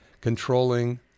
controlling